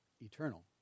eternal